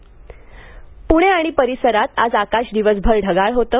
प्णे आणि परिसरात आज आकाश दिवसभऱ ढगाळ होतं